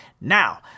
Now